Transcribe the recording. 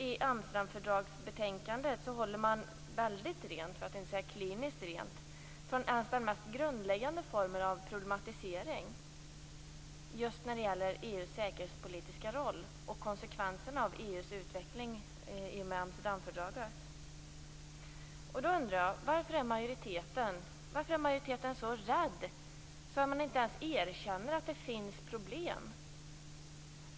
I betänkandet om Amsterdamfördraget är det kliniskt rent från den mest grundläggande formen av problematisering om EU:s säkerhetspolitiska roll och konsekvenserna av utvecklingen av EU i och med Varför är majoriteten så rädd att man inte ens erkänner att det finns problem?